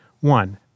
One